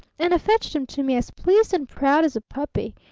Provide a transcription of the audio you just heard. and a fetched em to me as pleased and proud as a puppy,